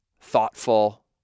thoughtful